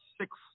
six